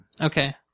Okay